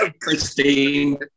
Christine